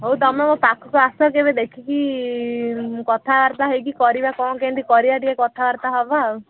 ହଉ ତୁମେ ମୋ ପାଖକୁ ଆସ କେବେ ଦେଖିକି କଥାବାର୍ତ୍ତା ହୋଇକି କରିବା କ'ଣ କେମିତି କରିବା ଟିକେ କଥାବାର୍ତ୍ତା ହେବା ଆଉ